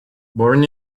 born